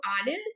honest